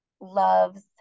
loves